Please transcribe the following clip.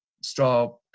straw